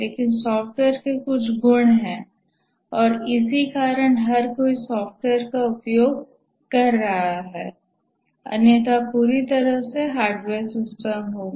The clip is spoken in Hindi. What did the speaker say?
लेकिन सॉफ्टवेयर के कुछ गुण हैं और इसी के कारण हर कोई सॉफ्टवेयर का उपयोग कर रहा है अन्यथा पूरी तरह से हार्डवेयर सिस्टम होगा